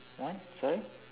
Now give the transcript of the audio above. what sorry